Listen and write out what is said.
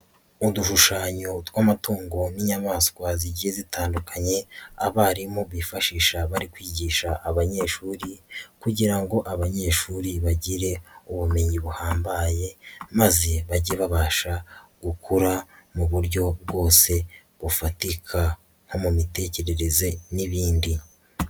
Udushushanyo tw'amatungo n'inyamaswa zigiye zitandukanye abarimu bifashisha bari kwigisha abanyeshuri kugira ngo abanyeshuri bagire ubumenyi buhambaye maze bajye babasha gukura mu buryo bwose bufatika nko mu mitekerereze n'ibindi.